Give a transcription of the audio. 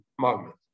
moment